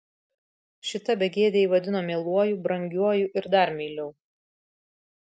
šita begėdė jį vadino mieluoju brangiuoju ir dar meiliau